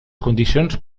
condicions